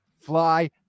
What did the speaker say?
fly